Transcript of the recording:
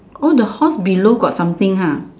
oh the horse below got something ha